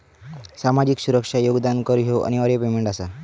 सामाजिक सुरक्षा योगदान कर ह्यो अनिवार्य पेमेंट आसा